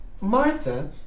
Martha